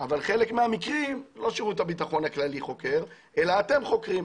אבל חלק מהמקרים לא שירות הביטחון הכללי חוקר אלא אתם חוקרים.